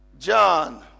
John